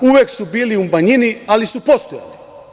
Uvek su bili u manjini, ali su postojali.